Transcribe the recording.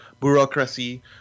bureaucracy